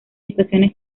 situaciones